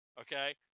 okay